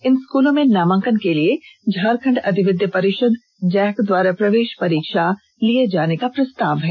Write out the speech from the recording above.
इन स्कूलों में नामांकन के लिए झारखंड अधिविध परिषद जैक द्वारा प्रवेष परीक्षा लिये जाने का भी प्रस्ताव हैं